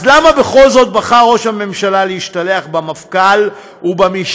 אז למה בכל זאת בחר ראש הממשלה להשתלח במפכ"ל ובמשטרה?